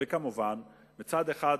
וכמובן, מצד אחד,